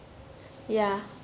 ya